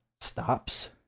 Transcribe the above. stops